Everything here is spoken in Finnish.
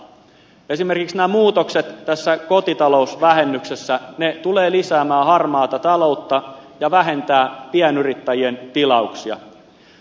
esimerkiksi nämä muutokset kotitalousvähennyksessä tulevat lisäämään harmaata taloutta ja vähentävät pienyrittäjien tilauksia